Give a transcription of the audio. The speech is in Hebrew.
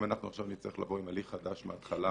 אם עכשיו נצטרך לבוא עם הליך חדש מהתחלה,